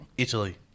Italy